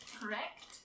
Correct